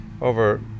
over